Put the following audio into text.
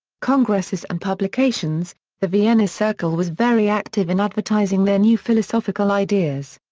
congresses and publications the vienna circle was very active in advertising their new philosophical ideas.